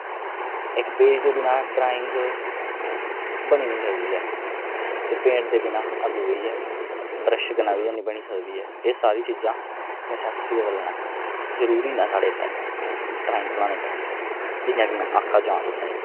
इक पेज दे बिना ड्रांइग बनी नेईं सकदी ऐ ते पेंट दे बिना अधूरी ऐ ब्रश कन्नै बी है नी बनी सकदी एह् सारी चीजां नसेसरी न जरूरी न साढ़े ताहीं ड्राइंग बनाने ताहीं जियां कि में आखेआ जां तुस